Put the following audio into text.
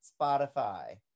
spotify